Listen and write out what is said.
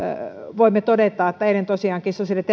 voimme todeta että eilen tosiaankin sosiaali ja